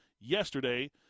yesterday